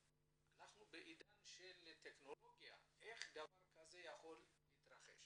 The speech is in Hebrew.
נושא הדיון היום הוא מכירת דירות לא חוקיות לעולים חדשים.